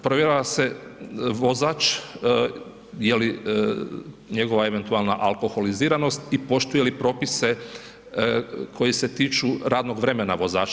Provjerava se vozač je li njegova eventualna alkoholiziranost i poštuje li propise koji se tiču radnog vremena vozača.